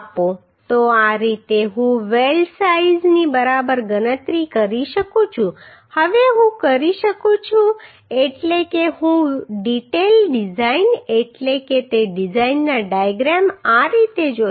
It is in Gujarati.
તો આ રીતે હું વેલ્ડ સાઈઝની બરાબર ગણતરી કરી શકું છું હવે હું કરી શકું છું એટલે કે હું ડિટેઈલ ડિઝાઈન એટલે કે તે ડિઝાઈનનો ડાયાગ્રામ આ રીતે જોઈશ